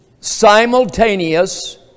simultaneous